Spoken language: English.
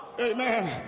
amen